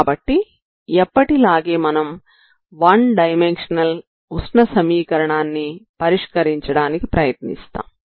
కాబట్టి ఎప్పటిలాగే మనం వన్ డైమన్షనల్ ఉష్ణ సమీకరణాన్ని పరిష్కరించడానికి ప్రయత్నిస్తాం